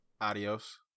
Adios